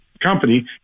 company